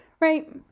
right